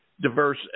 diverse